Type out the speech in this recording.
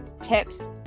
tips